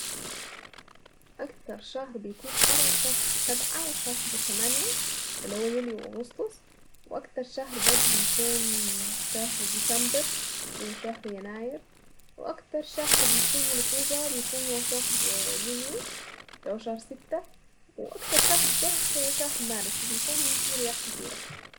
اكتر شهر بيكون حرر شهر سبعة وشهر تمانية اللي هو يوليو اغسطس واكتر شهر بس بيكون شهر ديسمبر وشهر يناير واكتر شهر بيكون رطوبة بيكون هو شهر يونيو اللي هو شهر ستة واكتر شهر كم هو شهر مارس رياح كثيرة.